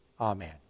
Amen